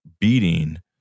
beating